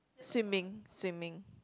swimming swimming